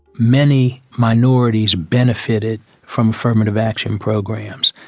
many minorities benefited from affirmative action programs,